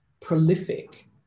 prolific